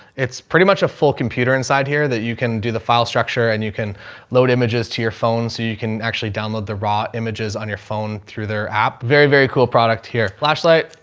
it's pretty much a full computer inside here that you can do the file structure and you can load images to your phone so you can actually download the raw images on your phone through their app. very, very cool product here. lash light,